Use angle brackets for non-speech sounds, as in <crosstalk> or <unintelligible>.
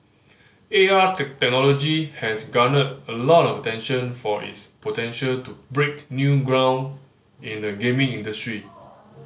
A R <unintelligible> technology has garnered a lot of attention for its potential to break new ground in the gaming industry